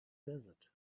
desert